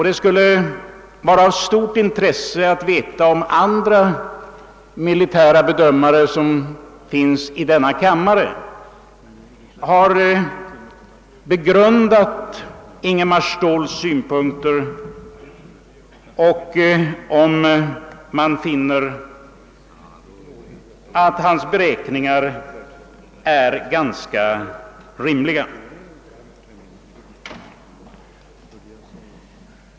Det skulle vara av stort intresse att veta om andra militära bedömare som finns i denna kammare har begrundat Ingemar Ståhls synpunkter och huruvida man finner hans beräkningar rimliga.